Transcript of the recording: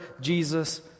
Jesus